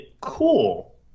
Cool